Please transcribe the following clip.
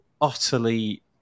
utterly